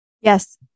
yes